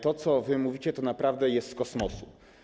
To, co wy mówicie, naprawdę jest z kosmosu.